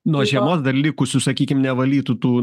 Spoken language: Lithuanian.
nuo žiemos dar likusių sakykim nevalytų tų